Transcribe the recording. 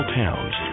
towns